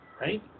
Right